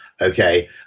Okay